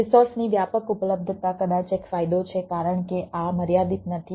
રોસોર્સની વ્યાપક ઉપલબ્ધતા કદાચ એક ફાયદો છે કારણ કે આ મર્યાદિત નથી